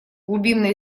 глубинное